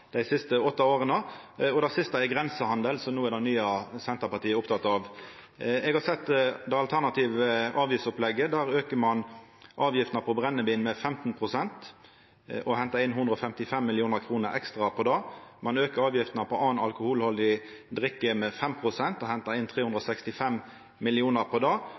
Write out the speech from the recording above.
dei siste åtte åra, og det siste er grensehandel, som no er det nye Senterpartiet er oppteke av. Eg har sett det alternative avgiftsopplegget. Der aukar ein avgiftene på brennevin med 15 pst. og hentar inn 155 mill. kr ekstra på det. Ein aukar avgiftene på anna alkoholhaldig drikke med 5 pst. og hentar inn 365 mill. kr på det,